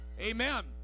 amen